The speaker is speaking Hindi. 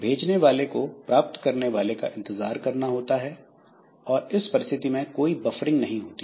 भेजने वाले को प्राप्त करने वाले का इंतजार करना होता है और इस परिस्थिति में कोई बफरिंग नहीं होती